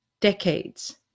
Decades